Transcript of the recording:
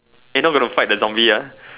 eh not going to fight the zombie ah